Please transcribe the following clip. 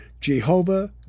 Jehovah